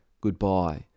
goodbye